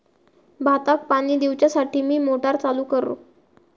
भाताक पाणी दिवच्यासाठी मी मोटर चालू करू?